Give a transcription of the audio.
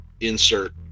insert